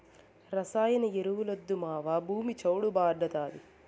రసాయన ఎరువులొద్దు మావా, భూమి చౌడు భార్డాతాది